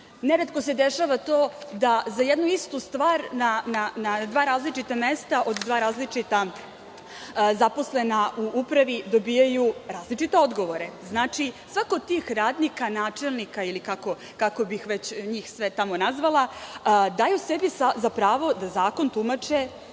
Neretko se dešava to da za jednu istu stvar na dva različita mesta od dva različita zaposlena u upravi dobijaju različite odgovore. Znači, svako od tih radnika, načelnika, ili kako bih već njih sve tamo nazvala, daju sebi za pravo da zakon tumače